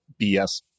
BS